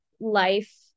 life